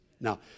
Now